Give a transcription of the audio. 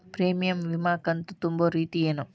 Premium ವಿಮಾ ಕಂತು ತುಂಬೋ ರೇತಿ ಏನು?